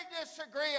disagree